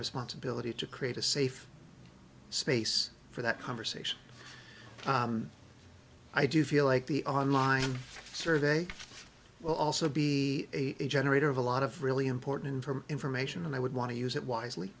responsibility to create a safe space for that conversation i do feel like the online survey will also be a generator of a lot of really important for information and i would want to use it wisely